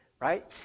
right